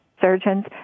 surgeons